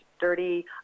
dirty